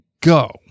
go